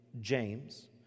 James